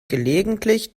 gelegentlich